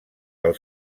pel